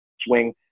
swing